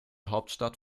hauptstadt